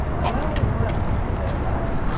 well, well! he said at last.